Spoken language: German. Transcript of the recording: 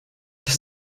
das